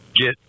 get